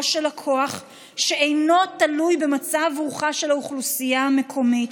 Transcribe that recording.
של כוח שאינו תלוי במצב רוחה של האוכלוסייה המקומית,